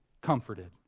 comforted